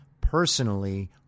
personally